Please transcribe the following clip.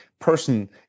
person